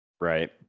Right